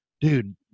dude